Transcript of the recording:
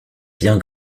bien